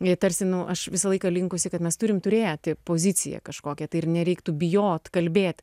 bei tarsi nu aš visą laiką linkusi kad mes turim turėt poziciją kažkokią tai ir nereiktų bijot kalbėt